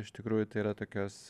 iš tikrųjų tai yra tokios